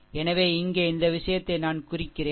எனவே இங்கே இந்த விஷயத்தை நான் குறிக்கிறேன்